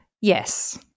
yes